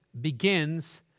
begins